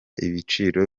ibiciro